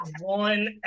one